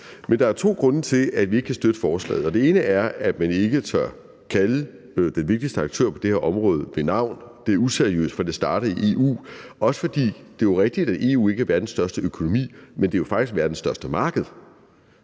Men der er to grunde til, at vi ikke kan støtte forslaget. Den ene er, at man ikke tør kalde den vigtigste aktør på det her område ved navn. Det er useriøst, for det starter i EU. Også fordi det jo er rigtigt, at EU ikke er verdens største økonomi, men det er jo faktisk verdens største marked.